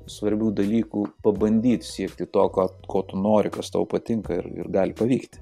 svarbių dalykų pabandyt siekti to ką ko tu nori kas tau patinka ir gali pavykti